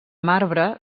marbre